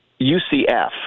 UCF